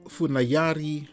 Funayari